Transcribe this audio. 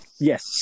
Yes